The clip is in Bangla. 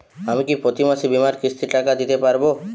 আমি কি প্রতি মাসে বীমার কিস্তির টাকা দিতে পারবো?